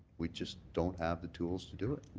we just don't have the tools to do it.